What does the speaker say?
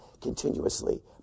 continuously